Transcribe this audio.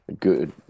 good